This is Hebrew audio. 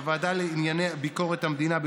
בוועדה לענייני ביקורת המדינה,